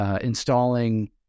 installing